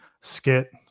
skit